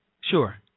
Sure